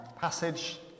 passage